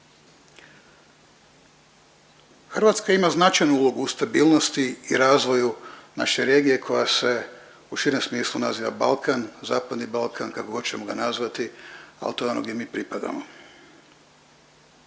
Hrvatska ima značaju ulogu u stabilnosti i razvoju naše regije koja se u širem smislu naziva Balkan, Zapadni Balkan kako hoćemo ga nazvati, ali to je ono gdje mi pripadamo.